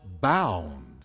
bound